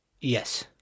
Yes